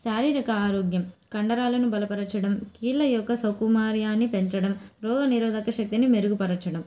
శారీరక ఆరోగ్యం కండరాలను బలపరచడం కీళ్ల యొక్క సౌకుమార్యాన్ని పెంచడం రోగ నిరోధక శక్తిని మెరుగుపరచడం